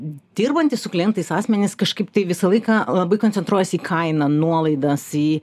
dirbantys su klientais asmenys kažkaip tai visą laiką labai koncentruojasi į kainą nuolaidas į